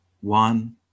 one